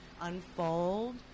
unfold